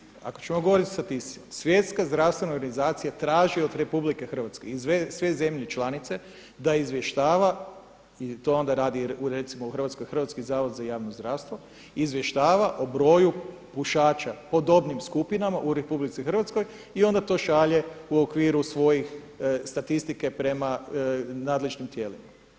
Ajmo krenut ako ćemo govoriti o statistici, Svjetska zdravstvena organizacija traži od RH i sve zemlje članice da izvještava i to onda radi recimo u Hrvatskoj Hrvatski zavod za javno zdravstvo, izvještava o broju pušača po dobnim skupinama u RH i onda to šalje u okviru svoje statistike prema nadležnim tijelima.